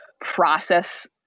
process